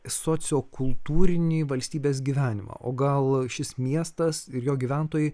sociokultūrinį valstybės gyvenimą o gal šis miestas ir jo gyventojai